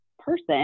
person